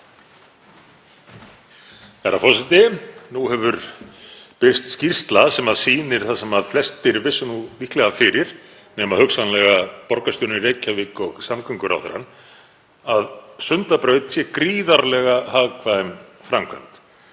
Herra forseti. Nú hefur birst skýrsla sem sýnir það sem flestir vissu líklega fyrir, nema hugsanlega borgarstjórinn í Reykjavík og samgönguráðherrann, að Sundabraut sé gríðarlega hagkvæm framkvæmd